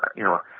but you know,